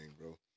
bro